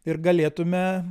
ir galėtume